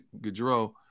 Gaudreau